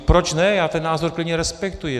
Proč ne, já ten názor klidně respektuji.